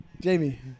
jamie